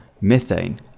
methane